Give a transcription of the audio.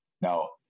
Now